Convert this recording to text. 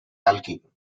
alkene